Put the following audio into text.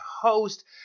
host